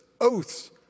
oaths